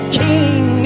king